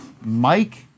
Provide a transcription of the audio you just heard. Mike